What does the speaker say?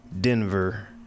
Denver